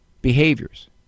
behaviors